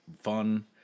fun